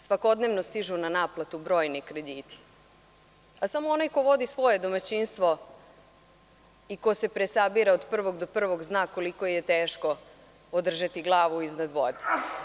Svakodnevno stižu na naplatu brojni krediti, a samo onaj ko vodi svoje domaćinstvo i ko se presabira od prvog do prvog zna koliko je teško održati glavu iznad vode.